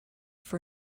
for